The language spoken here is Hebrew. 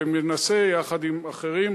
ומנסה יחד עם אחרים,